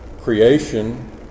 creation